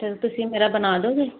ਤੁਸੀਂ ਮੇਰਾ ਬਣਾ ਦੋਗੇ